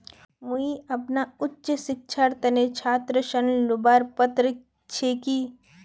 मुई अपना उच्च शिक्षार तने छात्र ऋण लुबार पत्र छि कि?